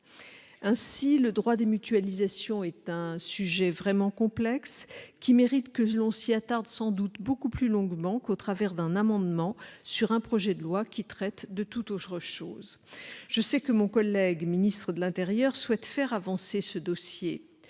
Ainsi, le droit des mutualisations est un sujet vraiment complexe, qui mérite sans doute que l'on s'y attarde beaucoup plus longuement qu'au travers d'un amendement sur un projet de loi traitant de toute autre chose. Je sais que mon collègue ministre d'État, ministre de l'intérieur souhaite faire avancer ce dossier